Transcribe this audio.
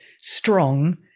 strong